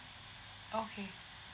okay